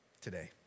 today